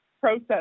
process